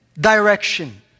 direction